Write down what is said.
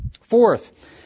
Fourth